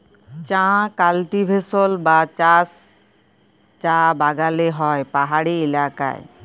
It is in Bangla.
চাঁ কাল্টিভেশল বা চাষ চাঁ বাগালে হ্যয় পাহাড়ি ইলাকায়